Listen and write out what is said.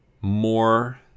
more